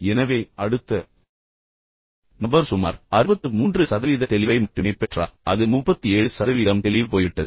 எனவே அடுத்த நபர் சுமார் 63 சதவீத தெளிவை மட்டுமே பெற்றார் அது 37 சதவீதம் தெளிவு போய்விட்டது